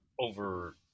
over